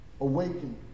awaken